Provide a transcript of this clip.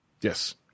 Yes